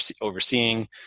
overseeing